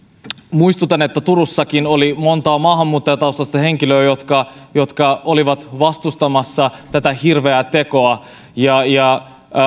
muistutan että turussakin oli monta maahanmuuttajataustaista henkilöä jotka jotka olivat vastustamassa tätä hirveää tekoa ja ja